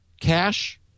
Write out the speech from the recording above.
cash